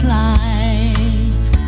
life